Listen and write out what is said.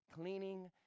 cleaning